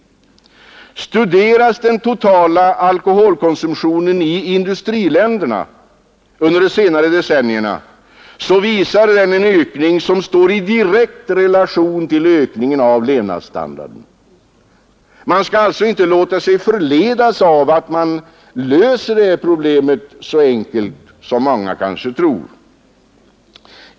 Den totala alkoholkonsumtionen i industriländerna visar under de senaste decennierna en ökning som står i direkt relation till höjningen av levnadsstandarden. Man skall alltså inte låta sig förledas att tro att man löser detta problem så enkelt som många föreställer sig.